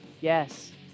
yes